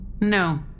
No